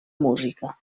música